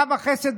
קו החסד,